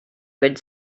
good